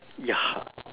ya